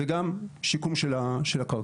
וגם שיקום של הקרקע.